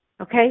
Okay